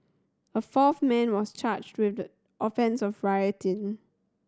a fourth man was charged with the offence of rioting